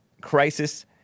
crisis